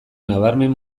nabarmen